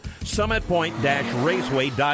summitpoint-raceway.com